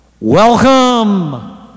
Welcome